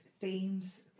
themes